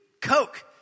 Coke